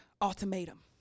ultimatum